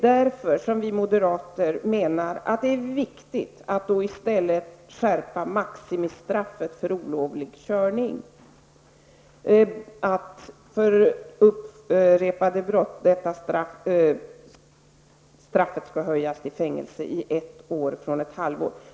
Därför menar vi moderater att det är viktigt att i stället skärpa maximistraffet för olovlig körning. Vid upprepade brott bör straffet höjas från ett halvt års fängelse till ett år.